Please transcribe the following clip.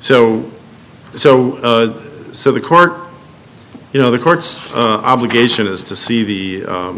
date so so so the court you know the court's obligation is to see the